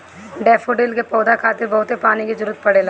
daffodil के पौधा खातिर बहुते पानी के जरुरत पड़ेला